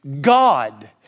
God